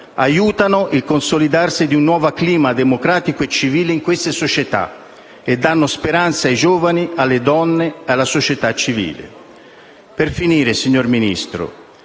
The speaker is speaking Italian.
aiutano il consolidarsi di un nuovo clima democratico e civile in queste società e danno speranze ai giovani, alle donne, alla società civile. L'Egitto - lo ribadiamo